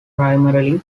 primarily